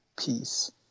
peace